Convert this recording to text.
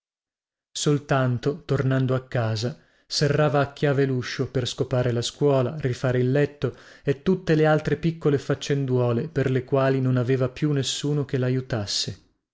soltanto tornando a casa serrava a chiave luscio per scopare la scuola rifare il letto e tutte le altre piccole faccenduole per le quali non aveva più nessuno che laiutasse